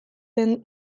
den